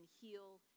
heal